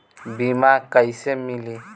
बीमा कैसे मिली?